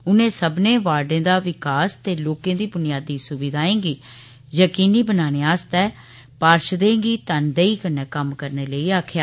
उनें सब्बनें वार्डें दा विकास ते लोकें गी ब्नियादी स्विधायें गी यकीनी बनाने आस्तै पाषर्दे गी तनदेही कन्नै कम्म करने लेई आक्खेया